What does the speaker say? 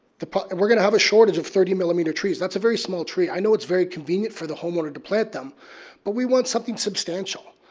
and we're going to have a shortage of thirty millimetre trees. that's a very small tree. i know it's very convenient for the homeowner to plant them but we want something substantial.